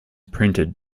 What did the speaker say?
printed